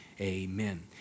Amen